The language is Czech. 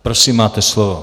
Prosím, máte slovo.